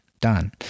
done